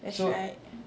that's right